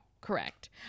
correct